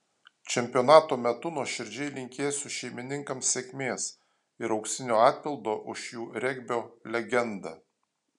čempionato metu nuoširdžiai linkėsiu šeimininkams sėkmės ir auksinio atpildo už jų regbio legendą